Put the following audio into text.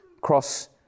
cross